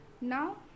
Now